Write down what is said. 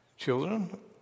Children